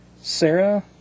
Sarah